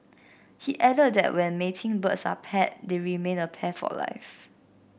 he added that when mating birds are paired they remain a pair for life